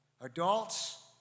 adults